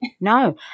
No